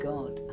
God